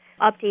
update